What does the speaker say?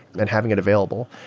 then having it available.